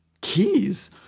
keys